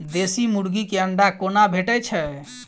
देसी मुर्गी केँ अंडा कोना भेटय छै?